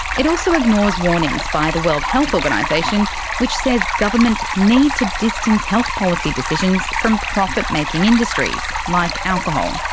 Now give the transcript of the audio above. it also ignores warnings by the world health organisation which says governments need to distance health policy decisions from profit-making industries like alcohol.